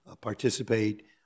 participate